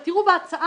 בהצעה